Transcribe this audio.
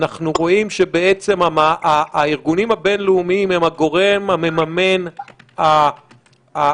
אנחנו רואים שבעצם הארגונים הבין-לאומיים הם הגורם המממן העיקרי,